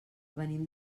venim